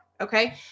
Okay